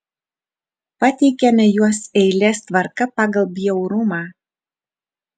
pateikiame juos eilės tvarka pagal bjaurumą